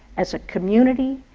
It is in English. as a community,